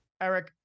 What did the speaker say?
eric